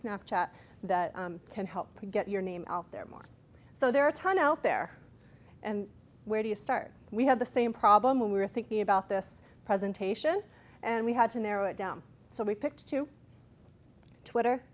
snap chat that can help get your name out there more so there are a ton out there and where do you start we have the same problem when we were thinking about this presentation and we had to narrow it down so we picked two twitter